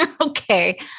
Okay